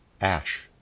ash